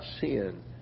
sin